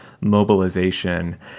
mobilization